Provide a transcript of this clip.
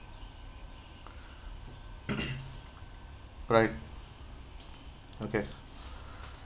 right okay